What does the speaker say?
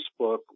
Facebook